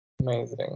amazing